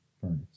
furnace